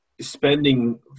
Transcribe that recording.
Spending